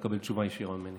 ואתה תקבל תשובה ישירה ממני.